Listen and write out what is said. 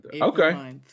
Okay